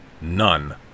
None